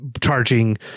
charging